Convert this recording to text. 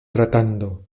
tratando